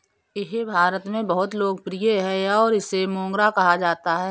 यह भारत में बहुत लोकप्रिय है और इसे मोगरा कहा जाता है